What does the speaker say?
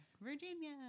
Virginia